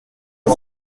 les